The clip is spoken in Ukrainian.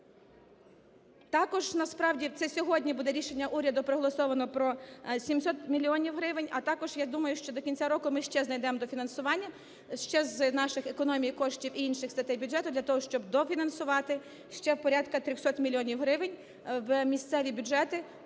Також насправді, це сьогодні буде рішення уряду проголосоване про 700 мільйонів гривень, а також я думаю, що до кінця року ми ще знайдемо дофінансування ще з наших економій коштів і інших статей бюджету для того, щоб дофінансувати ще порядку 300 мільйонів гривень в місцеві бюджети,